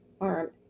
arm